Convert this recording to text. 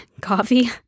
coffee